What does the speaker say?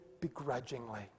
begrudgingly